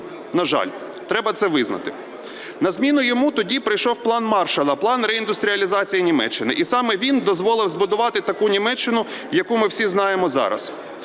на жаль, треба це визнати. На зміну йому тоді прийшов "план Маршалла" – план реіндустріалізації Німеччини, і саме він дозволив збудувати таку Німеччину, яку ми всі знаємо зараз.